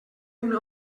una